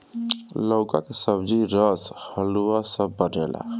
लउका के सब्जी, रस, हलुआ सब बनेला